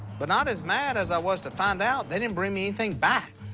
but not as mad as i was to find out they didn't bring me anything back.